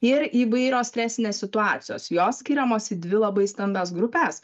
ir įvairios stresinės situacijos jos skiriamos į dvi labai stambias grupes